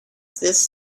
this